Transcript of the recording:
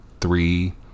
three